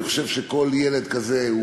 אני חושב שכל ילד כזה,